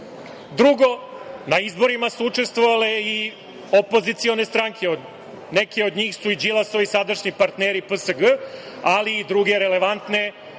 ideja. Drugo, na izborima su učestvovale i opozicione stranke. Neke od njih su i Đilasovi sadašnji partneri PSG, ali i druge relevantne